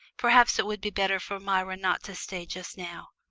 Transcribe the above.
perhaps it would be better for myra not to stay just now.